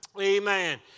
Amen